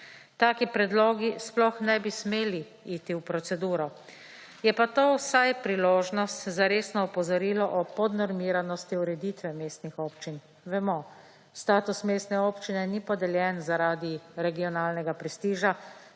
Taki predlogi sploh ne bi smeli iti v proceduro. Je pa to vsaj priložnost za resno opozorilo o podnormiranosti ureditve mestnih občin. Vemo, status mestne občine ni podeljen zaradi regionalnega prestiža,